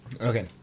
Okay